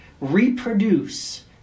reproduce